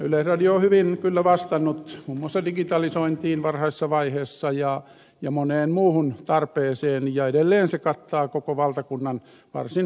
yleisradio on hyvin kyllä vastannut muun muassa digitalisointiin varhaisessa vaiheessa ja moneen muuhun tarpeeseen ja edelleen se kattaa koko valtakunnan varsin kohtuullisesti